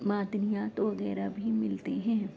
معدنیات وغیرہ بھی ملتے ہیں